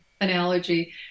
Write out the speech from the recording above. analogy